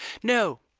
no,